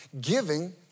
Giving